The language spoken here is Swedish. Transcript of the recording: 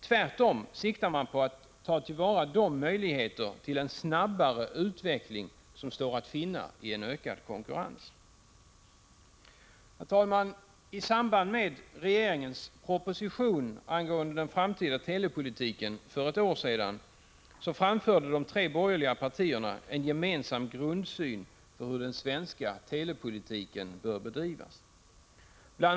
Tvärtom siktar man på att ta till vara de möjligheter till en snabbare utveckling som står att finna i en ökad konkurrens. I samband med regeringens proposition angående den framtida telepolitiken för ett år sedan framförde de tre borgerliga partierna en gemensam grundsyn för hur den svenska telepolitiken bör bedrivas. Bl.